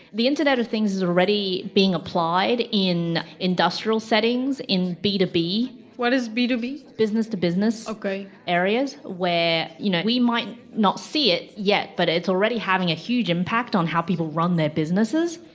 the internet of things is already being applied in industrial settings in b to b what is b two b? business to business. okay. areas where you know might not see it yet but it's already having a huge impact on how people run their businesses.